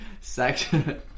section